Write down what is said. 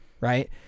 right